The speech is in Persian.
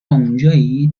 اونجایید